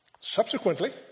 Subsequently